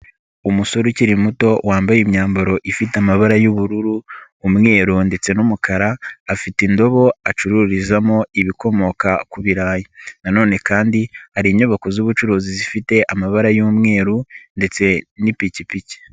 Umusore ukiri muto, wambaye imyambaro ifite amabara y'ubururu, umweru ndetse n'umukara, afite indobo, acururizamo ibikomoka ku birarayi na none kandi hari inyubako z'ubucuruzi zifite amabara y'umweru ndetse n'ipikipiki.